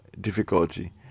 difficulty